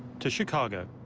to chicago.